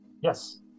Yes